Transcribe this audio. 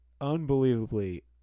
unbelievably